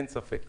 אין ספק.